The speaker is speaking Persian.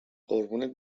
قربون